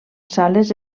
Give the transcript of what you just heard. sales